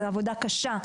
עבודה קשה,